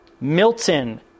Milton